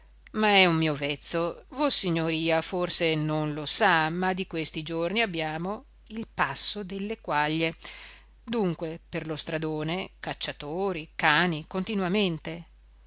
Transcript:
ma è un mio vezzo vossignoria forse non lo sa ma di questi giorni abbiamo il passo delle quaglie dunque per lo stradone cacciatori cani continuamente